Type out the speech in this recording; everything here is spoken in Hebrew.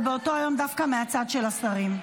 ובאותו יום דווקא מהצד של השרים,